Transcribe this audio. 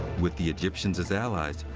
with the egyptians as allies,